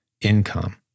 income